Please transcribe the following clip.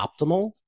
optimal